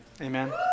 Amen